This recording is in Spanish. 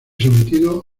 sometido